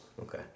Okay